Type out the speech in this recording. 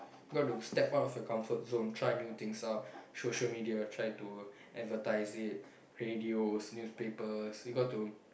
got to step out of the comfort zone try new things out social media try to advertise it radios newspapers you got to